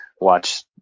watch